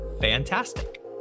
fantastic